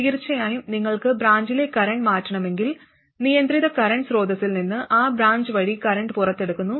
തീർച്ചയായും നിങ്ങൾക്ക് ബ്രാഞ്ചിലെ കറന്റ് മാറ്റണമെങ്കിൽ നിയന്ത്രിത കറന്റ് സ്രോതസ്സിൽ നിന്ന് ആ ബ്രാഞ്ച് വഴി കറന്റ് പുറത്തെടുക്കുന്നു